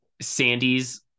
sandy's